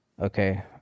okay